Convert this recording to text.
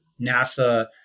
NASA